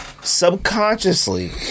Subconsciously